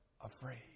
afraid